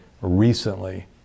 recently